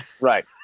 Right